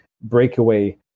breakaway